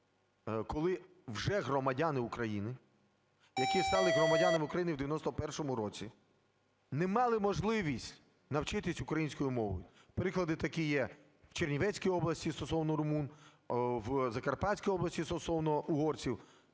Коли вже громадяни України, які стали громадянами України в 91-му році, не мали можливість навчитися українській мові. Приклади такі є в Чернівецькій області стосовно румун, в Закарпатській області стосовно угорців.